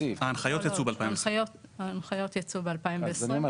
ההנחיות יצאו ב-2020,